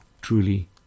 truly